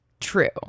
true